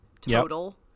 total